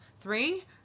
three